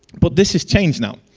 but this is changed now.